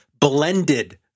blended